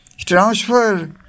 transfer